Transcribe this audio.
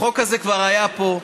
החוק הזה כבר היה פה,